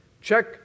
Check